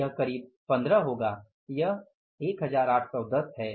यह करीब 15 होगा यह 1810 है